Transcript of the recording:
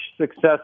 success